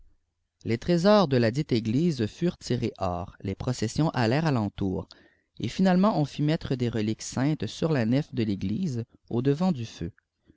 les trésors de ladite éiie fliient uréi hors im presiidns allèrent à l'entour et âqalesaent on fit me devrdiqses sahlt sur la nef de l'église au devant du feu